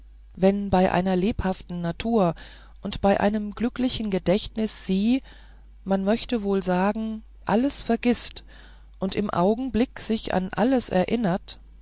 wenn bei einer lebhaften natur und bei einem glücklichen gedächtnis sie man möchte wohl sagen alles vergißt und im augenblicke sich an alles erinnert